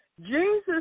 Jesus